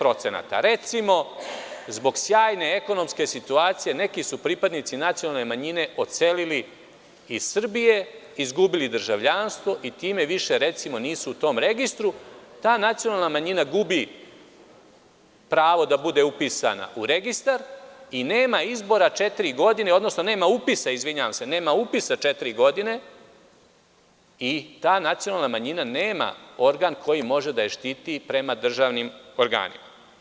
Recimo, zbog sjajne ekonomske situacije neki su pripadnici nacionalne manjine odselili iz Srbije, izgubili državljanstvo i time više, recimo, nisu u tom registru, ta nacionalna manjina gubi pravo da bude upisana u registar i nema upisa četiri godine i ta nacionalna manjina nema organ koji može da je štiti prema državnim organima.